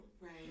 Right